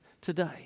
today